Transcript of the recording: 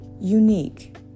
unique